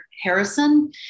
Harrison